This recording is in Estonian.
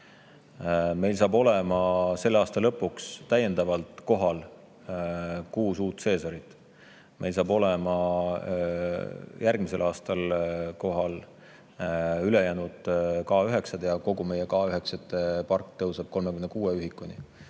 Meil saab olema selle aasta lõpuks täiendavalt kohal kuus uut Caesarit, meil saavad olema järgmisel aastal kohal ülejäänud K9-d ja kogu meie K9-park kasvab 36 ühikuni.